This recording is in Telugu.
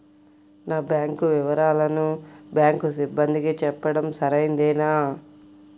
నా బ్యాంకు వివరాలను బ్యాంకు సిబ్బందికి చెప్పడం సరైందేనా?